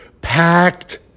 packed